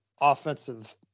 offensive